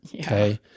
Okay